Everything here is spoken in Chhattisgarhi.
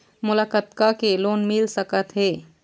मोला कतका के लोन मिल सकत हे?